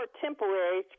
temporary